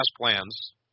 plans